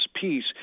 peace